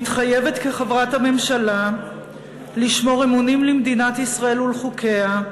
מתחייבת כחברת הממשלה לשמור אמונים למדינת ישראל ולחוקיה,